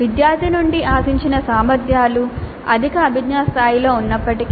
విద్యార్థి నుండి ఆశించిన సామర్థ్యాలు అధిక అభిజ్ఞా స్థాయిలో ఉన్నప్పటికీ